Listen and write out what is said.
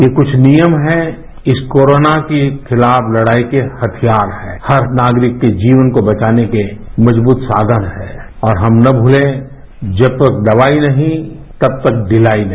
ये कुछ नियम हैं इस कोरोना के खिलाफ लड़ाई के हथियार है हर नागरिक के जीवन को बचाने के मजबूत साधन है और हम न भूले जब तक दवाई नहींतब तक ढिलाई नहीं